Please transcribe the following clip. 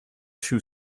two